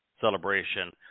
celebration